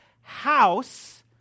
house